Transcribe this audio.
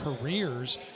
careers